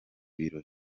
birori